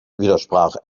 widersprach